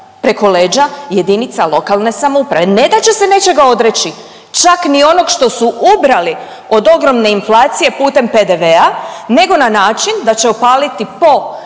Preko jedinica lokalne samouprave. Ne da će se nečega odreći, čak ni onog što su ubrali od ogromne inflacije putem PDV-a nego na način da će opaliti po